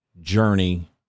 journey